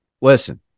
Listen